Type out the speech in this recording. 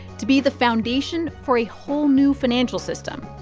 to be the foundation for a whole new financial system,